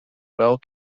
well